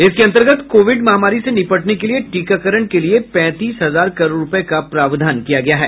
इसके अंतर्गत कोविड महामारी से निपटने के लिये टीकाकरण के लिये पैंतीस हजार करोड़ रूपये का प्रावधान किया गया है